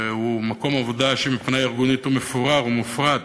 שהיא מקום עבודה שמבחינה ארגונית הוא מפורר ומופרד,